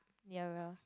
nearer